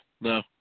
No